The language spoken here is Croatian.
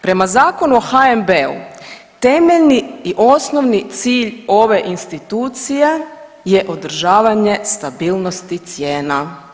Prema Zakonu o HNB-u temeljni i osnovni cilj ove institucije je održavanje stabilnosti cijena.